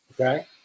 Okay